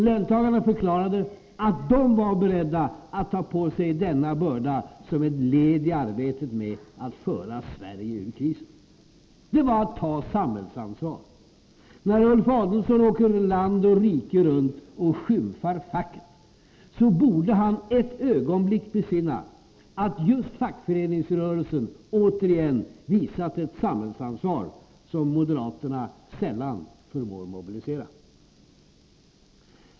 Löntagarna förklarade att de var beredda att ta på sig denna börda som ett led i arbetet med att föra Sverige ur krisen. Det var att ta samhällsansvar. När Ulf Adelsohn åker land och rike runt och skymfar facket, borde han ett ögonblick besinna att just fackföreningsrörelsen återigen visat ett samhällsansvar som moderaterna sällan förmår mobilisera.